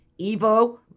Evo